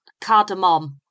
cardamom